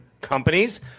companies